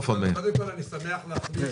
קודם כול, אני שמח להחליף